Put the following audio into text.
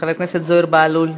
חבר הכנסת זוהיר בהלול,